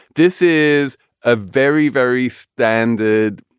this is a very, very standed,